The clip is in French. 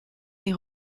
les